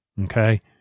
Okay